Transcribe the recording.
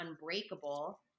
unbreakable